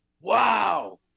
Wow